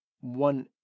one